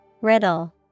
Riddle